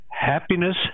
happiness